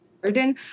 burden